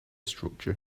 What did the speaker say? structure